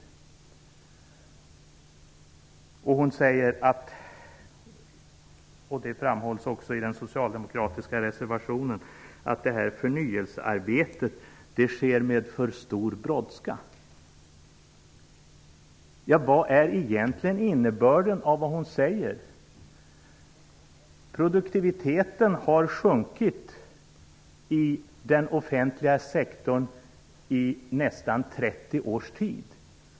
Yvonne Sandberg-Fries säger, precis som det framhålls i den socialdemokratiska reservationen, att detta förnyelsearbete sker med för stor brådska. Vad är egentligen innebörden av det hon säger? Produktiviteten har sjunkit i den offentliga sektorn under nästan 30 års tid.